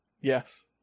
Yes